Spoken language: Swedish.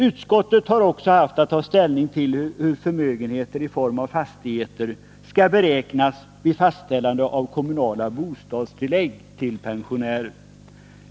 Utskottet har också haft att ta ställning till hur förmögenheter i form av fastigheter skall beräknas vid fastställande av kommunala bostadstillägg till pensionärer.